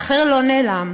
האחר לא נעלם,